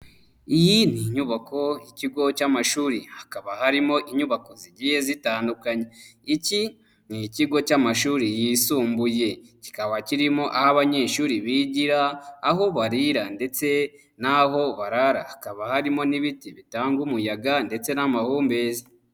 Iyi nyubako ikigo cy'amashuri, hakaba harimo inyubako zigiye zitandukanye, iki ni ikigo cy'amashuri yisumbuye, kikaba kirimo aho abanyeshuri bigira, aho barira, ndetse naho barara, hakaba harimo n'ibiti bitanga umuyaga ndetse n'amahumbeeza.